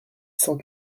cent